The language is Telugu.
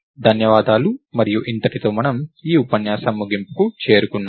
ధన్యవాదాలు మరియు ఇంతటితో మనం ఈ ఉపన్యాసం ముగింపుకి చేరుకున్నాము